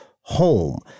home